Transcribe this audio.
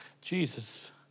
Jesus